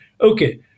Okay